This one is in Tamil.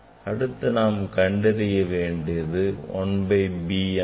அடுத்து நாம் கண்டறிய வேண்டியது 1 by b ஆகும்